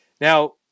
Now